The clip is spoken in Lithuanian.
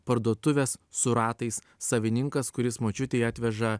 parduotuvės su ratais savininkas kuris močiutei atveža